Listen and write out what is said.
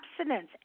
abstinence